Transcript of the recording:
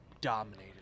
dominated